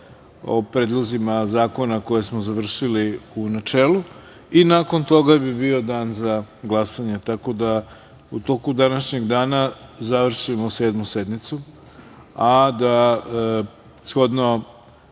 o predlozima zakona koje smo završili u načelu. Nakon toga bi bio dan za glasanje, tako da u toku današnjeg dana završimo Sedmu sednicu, a shodno